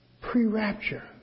pre-rapture